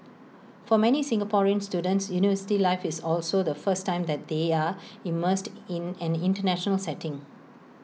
for many Singaporean students university life is also the first time that they are immersed in an International setting